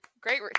Great